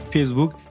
Facebook